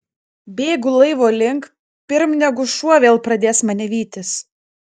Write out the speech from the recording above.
bėgu laivo link pirm negu šuo vėl pradės mane vytis